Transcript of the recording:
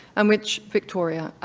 and which victoria,